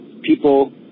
people